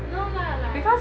no lah like